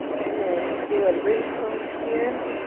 we're gonna do a bridge pose here.